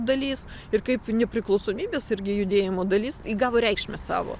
dalis ir kaip nepriklausomybės irgi judėjimo dalis įgavo reikšmę savo